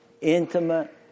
intimate